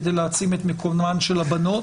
כדי להעצים את מקומן של הבנות,